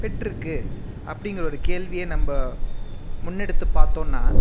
பெற்றுக்கு அப்படிங்குறது கேள்வியை நம்ம முன்னெடுத்து பார்த்தோனா